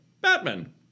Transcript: Batman